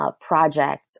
project